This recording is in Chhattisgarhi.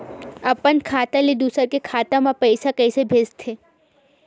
अपन खाता ले दुसर के खाता मा पईसा कइसे भेजथे?